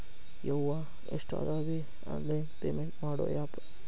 ಯವ್ವಾ ಎಷ್ಟಾದವೇ online payment ಮಾಡೋ ಆಪ್